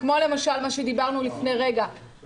כמו למשל מה שדיברנו לפני רגע,